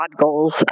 goals